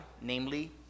namely